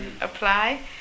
apply